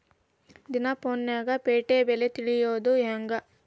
ದಿನಾ ಫೋನ್ಯಾಗ್ ಪೇಟೆ ಬೆಲೆ ತಿಳಿಯೋದ್ ಹೆಂಗ್?